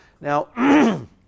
Now